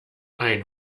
ein